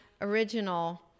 original